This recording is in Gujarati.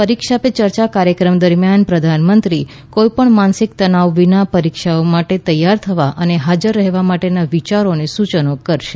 પરીક્ષા પે ચર્ચા કાર્યક્રમ દરમિયાન પ્રધાનમંત્રી કોઈપણ માનસિક તનાવ વિના પરીક્ષાઓ માટે તૈયાર થવા અને હાજર રહેવા માટેના વિયારો અને સૂચનો કરશે